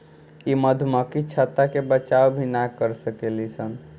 इ मधुमक्खी छत्ता के बचाव भी ना कर सकेली सन